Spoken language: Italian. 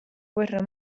guerra